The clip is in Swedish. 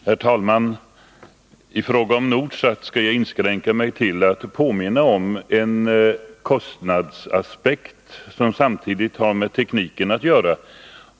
Herr talman! I fråga om Nordsat skall jag inskränka mig till att påminna om en kostnadsaspekt som samtidigt har med tekniken att göra.